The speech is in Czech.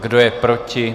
Kdo je proti?